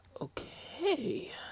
Okay